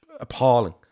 appalling